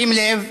שים לב,